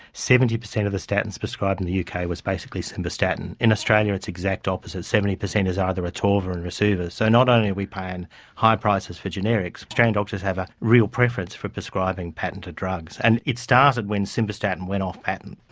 seventy percent of the statins prescribed in the uk was basically simvastatin. in australia it's the exact opposite, seventy percent is either atorva or and rosuva. so not only are we paying high prices for generics, australian doctors have a real preference for prescribing patented drugs. and it started when simvastatin went off patent.